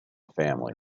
family